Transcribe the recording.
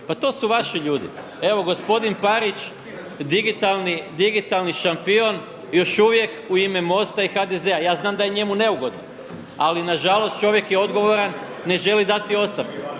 Pa to su vaši ljudi. Evo gospodin Parić digitalni šampion još uvije u ime MOST-a i HDZ-a. Ja znam da je njemu neugodno, ali nažalost čovjek je odgovoran ne želi dati ostavku.